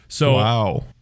Wow